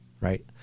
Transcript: right